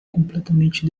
completamente